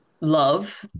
love